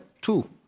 two